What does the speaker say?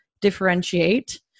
differentiate